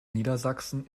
niedersachsen